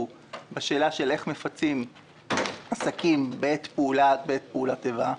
בשאלה איך מפצים עסקים בעת פעולת איבה.